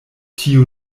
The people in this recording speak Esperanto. tiu